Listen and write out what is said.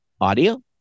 audio